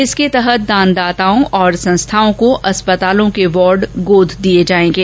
इसके तहत दानदाताओं और संस्थाओं को अस्पतालों के वार्ड गोद दिए जाएंगे